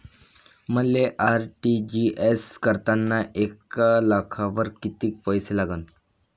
मले आर.टी.जी.एस करतांनी एक लाखावर कितीक पैसे लागन?